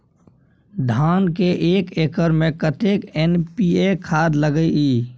धान के एक एकर में कतेक एन.पी.ए खाद लगे इ?